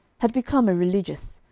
had become a religious,